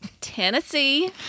Tennessee